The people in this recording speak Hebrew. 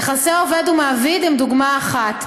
יחסי עובד ומעביד הם דוגמה אחת.